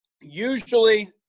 usually